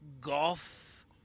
golf